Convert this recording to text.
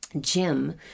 Jim